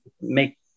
make